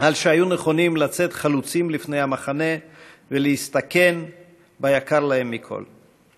על שהיו נכונים לצאת חלוצים לפני המחנה ולהסתכן ביקר להם מכול.